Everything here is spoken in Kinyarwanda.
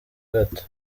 gato